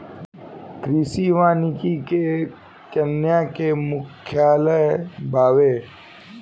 कृषि वानिकी के केन्या में मुख्यालय बावे